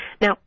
Now